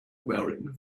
wearing